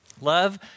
Love